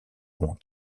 bon